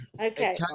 okay